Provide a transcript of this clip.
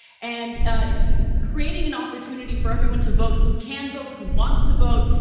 and creating an opportunity for everyone to vote who can vote, who wants to vote,